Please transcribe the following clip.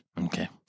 Okay